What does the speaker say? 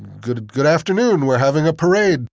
good good afternoon! we're having a parade!